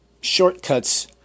shortcuts